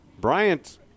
Bryant